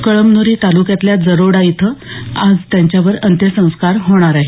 कळमनुरी तालुक्यातल्या जरोडा इथे आज त्यांच्यावर अंत्यसंस्कार होणार आहेत